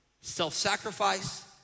self-sacrifice